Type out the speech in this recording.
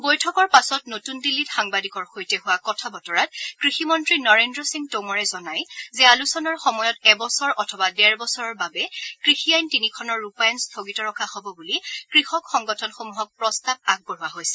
বৈঠকৰ পাছত নতুন দিল্লীত সাংবাদিকৰ সৈতে হোৱা কথা বতৰাত কৃষিমন্ত্ৰী নৰেন্দ্ৰ সিং টোমৰে জনায় যে আলোচনাৰ সময়ত এবছৰ অথবা ডেৰ বছৰৰ বাবে কৃষি আইন তিনিখনৰ ৰূপায়ণ স্থগিত ৰখা হব বুলি কৃষক সংগঠনসমূহক প্ৰস্তাৱ আগবঢ়োৱা হৈছে